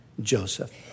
Joseph